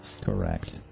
Correct